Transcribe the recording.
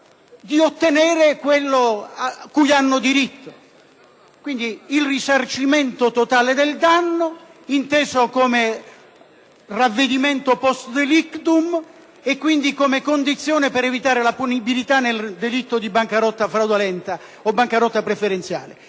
di ottenere quello a cui hanno diritto, quindi il risarcimento totale del danno, inteso come ravvedimento post delictum e come condizione per evitare la punibilitanel delitto di bancarotta fraudolenta o bancarotta preferenziale,